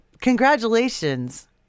Congratulations